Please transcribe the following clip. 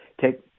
take